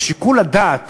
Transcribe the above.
כי שיקול הדעת